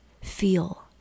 feel